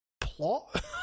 plot